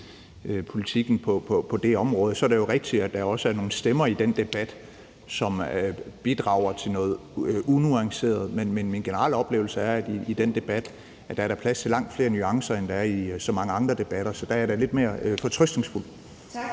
politikken på det område. Så er det jo rigtigt, at der også er nogle stemmer i den debat, som bidrager til noget unuanceret, men min generelle oplevelse er, at der i den debat er plads til langt flere nuancer, end der er i så mange andre debatter. Så der er jeg da lidt mere fortrøstningsfuld. Kl.